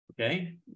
Okay